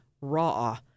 raw